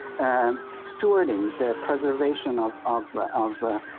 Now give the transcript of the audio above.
and sorting the preservation of of ah of ah,